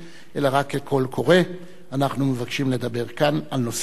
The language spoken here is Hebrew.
אלא רק כקול קורא אנחנו מבקשם לדבר כאן על נושא זה.